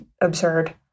absurd